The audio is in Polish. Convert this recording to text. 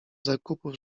zakupów